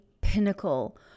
pinnacle